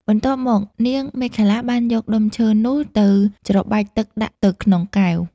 បន្ទាប់មកនាងមេខលាបានយកដុំឈើនោះទៅច្របាច់ទឹកដាក់ទៅក្នុងកែវ។